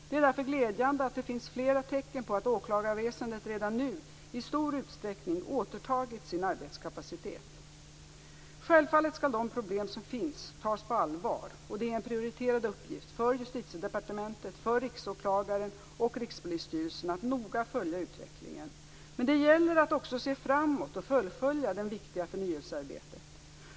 Det är därför glädjande att det finns flera tecken på att åklagarväsendet redan nu i stor utsträckning har återtagit sin arbetskapacitet. Självfallet skall de problem som finns tas på allvar. Det är en prioriterad uppgift för Justitiedepartementet, Riksåklagaren och Rikspolisstyrelsen att noga följa utvecklingen. Men det gäller att också se framåt och fullfölja det viktiga förnyelsearbetet.